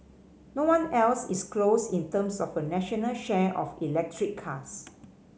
no one else is close in terms of a national share of electric cars